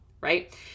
right